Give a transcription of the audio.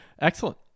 Excellent